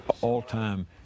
all-time